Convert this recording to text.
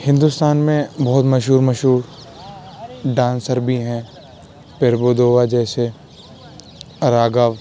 ہندوستان میں بہت مشہور مشہور ڈانسر بھی ہیں پربھو دیوا جیسے راگھو